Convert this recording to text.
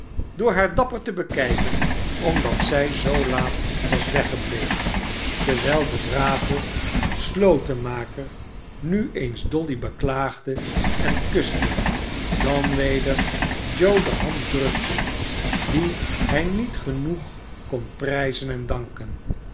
door haar dapper te bekijven omdat zij zoo laat was weggebleven terwijl de brave slotenmaker nu eens dolly beklaagde en kuste dan weder joe de hand drukte wien hij niet genoeg kon prijzen en danken